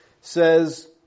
says